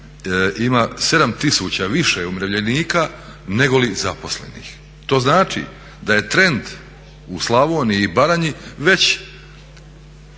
ima 7 tisuća više umirovljenika nego li zaposlenih. To znači da je trend u Slavoniji i Baranji već